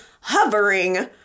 hovering